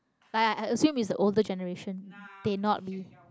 like i i assume it's the older generation they not be